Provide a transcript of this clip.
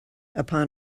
upon